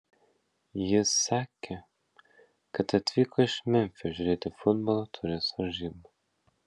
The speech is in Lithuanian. jis sakė kad atvyko iš memfio žiūrėti futbolo taurės varžybų